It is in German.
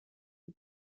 die